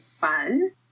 fun